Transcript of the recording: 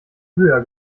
höher